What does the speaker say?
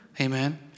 amen